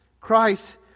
Christ